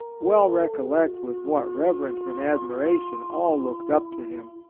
well recollect with what reverence and admiration all looked up to him.